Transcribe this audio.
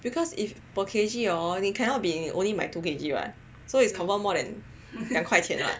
because if per K_G orh 你 cannot be only but two K_G [what] so it's confirmed more than 两块钱 [what]